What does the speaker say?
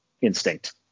Instinct